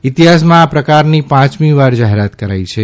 ઈતિહાસમાં આ પ્રકારની પાંચમીવાર જાહેરાત કરાઈ છે